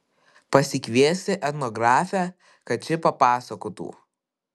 pasikviesti etnografę kad ši papasakotų